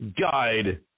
Guide